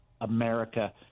america